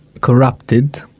corrupted